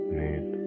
need